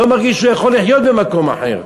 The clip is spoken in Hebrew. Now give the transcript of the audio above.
לא מרגיש שהוא יכול לחיות במקום אחר.